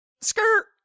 Skirt